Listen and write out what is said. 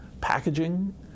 packaging